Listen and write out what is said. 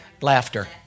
Laughter